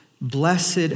Blessed